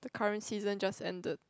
the current season just ended